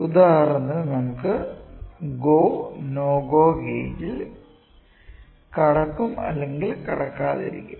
ഉദാഹരണത്തിന് നമുക്ക് go no go ഗേജ്ൽ കടക്കും അല്ലെങ്കിൽ കടക്കാതിരിക്കും